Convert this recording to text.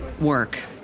work